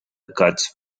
cuts